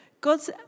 God's